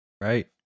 Right